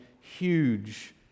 huge